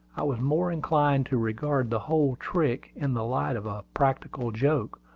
i was more inclined to regard the whole trick in the light of a practical joke,